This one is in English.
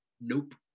nope